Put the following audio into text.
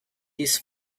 this